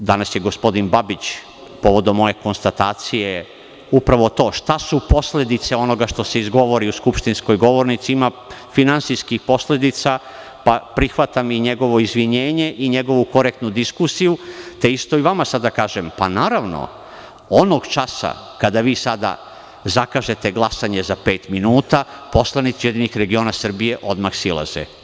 Danas je gospodin Babić povodom moje konstatacije, upravo to šta su posledice onoga što se izgovori u skupštinskoj govornici, ima finansijskih posledica pa prihvatam i njegovo izvinjenje i njegovu korektnu diskusiju, te isto i vama sada kažem – pa naravno, onog časa kada vi sada zakažete glasanje za pet minuta, poslanici URS odmah silaze.